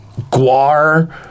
Guar